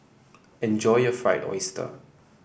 enjoy your Fried Oyster